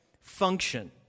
function